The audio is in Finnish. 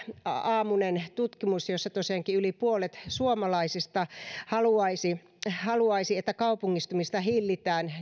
aamuisessa tutkimuksessa tosiaankin yli puolet suomalaisista haluaisi että kaupungistumista hillitään